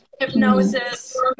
hypnosis